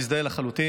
ואני מזדהה לחלוטין.